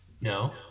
No